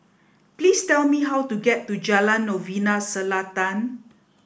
please tell me how to get to Jalan Novena Selatan